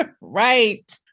Right